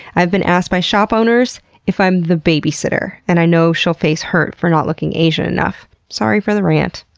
i've been asked by shop owners if i'm the babysitter, and i know she'll face hurt for not looking asian enough. sorry for the rant!